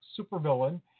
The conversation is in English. supervillain